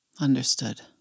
Understood